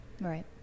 Right